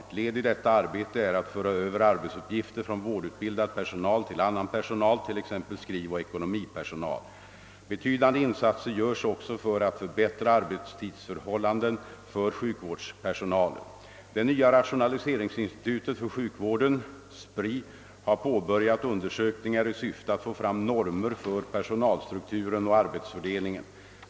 Ett led i detta arbete är att föra över arbetsuppgifter från vårdutbildad personal till annan personal, t.ex. skrivoch ekonomipersonal. Betydande insatser görs också för att förbättra arbetstidsförhållandena för sjukvårdspersonalen. Det nya rationaliseringsinstitutet för sjukvården, SPRI, har påbörjat undersökningar i syfte att få fram normer för personalstrukturen och arbetsfördelningen.